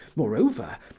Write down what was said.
moreover,